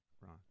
Ron